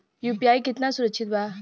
UPI कितना सुरक्षित बा?